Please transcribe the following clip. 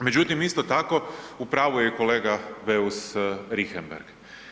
Međutim, isto tako u pravu je kolega Beus Richembergh.